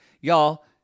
y'all